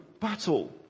battle